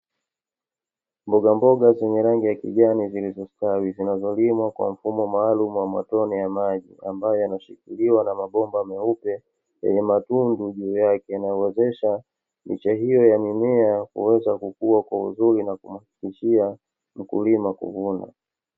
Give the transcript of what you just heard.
Mbogamboga zenye rangi ya kijani zinazostawi zinazolimwa kwa mfumo maalum wa matone ya maji, ambayo yanashikiliwa na mabomba meupe yenye matundu juu yake, yanayowezesha miche hiyo ya mimea kuweza kukuwa kwa uzuri na kumhakikishia mkulima kuvuna.